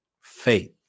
Faith